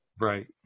Right